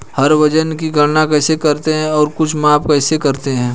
हम वजन की गणना कैसे करते हैं और कुछ माप कैसे करते हैं?